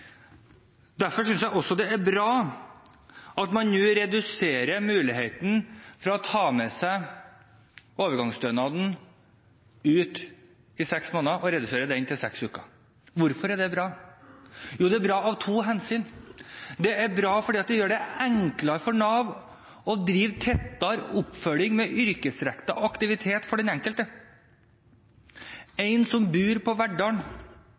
Derfor synes jeg også det er bra at man nå reduserer muligheten for å ta med seg overgangsstønaden til utlandet i seks måneder, og at man reduserer det til seks uker. Hvorfor er det bra? Jo, det er bra av to grunner. Det er bra fordi det gjør det enklere for Nav å drive tettere oppfølging med yrkesrettet aktivitet for den enkelte, f.eks. en som